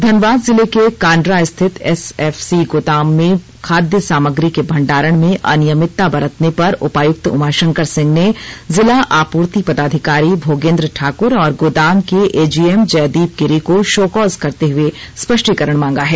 धनबाद जिले के कांड्रा स्थित एसएफसी गोदाम में खाद्य सामग्री के भंडारण में अनियमितता बरतने पर उपायुक्त उमाशंकर सिंह ने जिला आपूर्ति पदाधिकारी भोगेंद्र ठाकुर और गोदाम के एजीएम जयदीप गिरी को शो कॉज करते हुए स्पष्टीकरण मांगा है